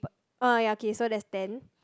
b~ oh ya okay so that's ten